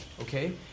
Okay